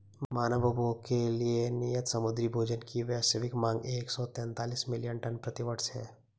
मानव उपभोग के लिए नियत समुद्री भोजन की वैश्विक मांग एक सौ तैंतालीस मिलियन टन प्रति वर्ष है